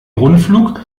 rundflug